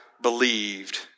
believed